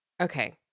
Okay